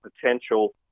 potential